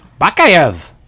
Bakayev